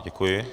Děkuji.